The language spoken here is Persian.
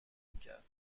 میکردید